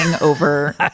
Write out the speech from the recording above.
over